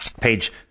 Page